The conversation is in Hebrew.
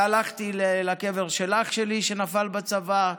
הלכתי לקבר של אח שלי שנפל בצבא,